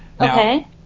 Okay